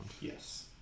Yes